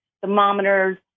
thermometers